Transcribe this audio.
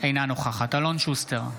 אינה נוכחת אלון שוסטר,